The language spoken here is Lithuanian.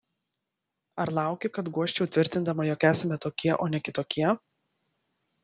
ar lauki kad guosčiau tvirtindama jog esame tokie o ne kitokie